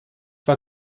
war